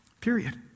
Period